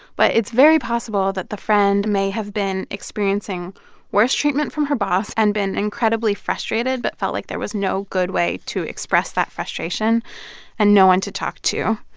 but it's very possible that the friend may have been experiencing worse treatment from her boss and been incredibly frustrated but felt like there was no good way to express that frustration and no one to talk to.